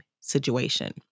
situation